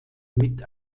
mit